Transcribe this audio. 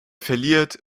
verliert